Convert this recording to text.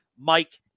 Mike